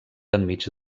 enmig